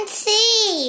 see